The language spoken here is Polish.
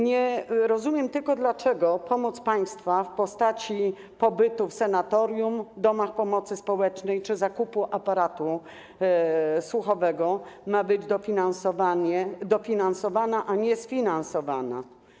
Nie rozumiem tylko, dlaczego pomoc państwa w postaci pobytu w sanatorium, domach pomocy społecznej czy zakupu aparatu słuchowego ma być dofinansowana, a nie sfinansowana.